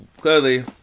clearly